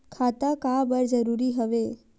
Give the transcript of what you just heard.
खाता का बर जरूरी हवे?